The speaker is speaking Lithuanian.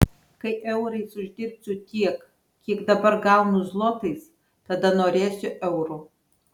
kai eurais uždirbsiu tiek kiek dabar gaunu zlotais tada norėsiu euro